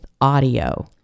audio